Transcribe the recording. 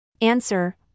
Answer